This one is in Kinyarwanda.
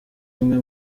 umwe